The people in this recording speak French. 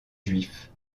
juif